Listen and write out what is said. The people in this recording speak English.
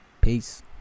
Peace